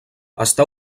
està